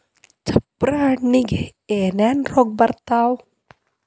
ಚಪ್ರ ಹಣ್ಣಿಗೆ ಏನೇನ್ ರೋಗ ಬರ್ತಾವ?